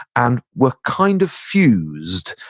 and were kind of fused.